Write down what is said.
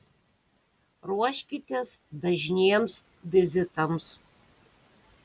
ruoškitės dažniems vizitams